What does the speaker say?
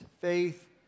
faith